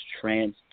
trans